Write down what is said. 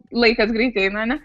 laikas greit eina ar ne